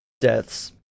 deaths